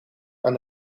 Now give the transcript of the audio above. aan